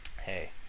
hey